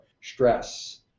stress